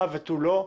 הא ותו לא,